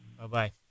Bye-bye